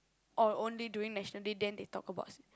or only during National Day then they talk about sing~